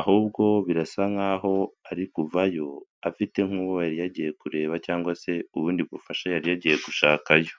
ahubwo birasa nk'aho ari kuvayo afite nk'uwo yari yagiye kureba cyangwa se ubundi bufasha yari yagiye gushakayo.